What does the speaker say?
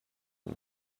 and